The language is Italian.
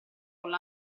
con